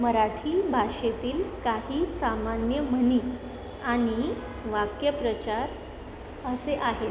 मराठी भाषेतील काही सामान्य म्हणी आणि वाक्यप्रचार असे आहेत